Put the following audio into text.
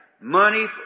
Money